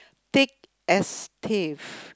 thick as thieves